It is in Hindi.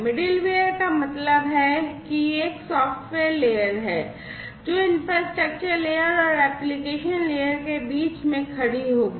मिडलवेयर का मतलब है कि यह एक सॉफ्टवेयर लेयर है जो इंफ्रास्ट्रक्चर लेयर और एप्लिकेशन लेयर के बीच में खड़ी होगी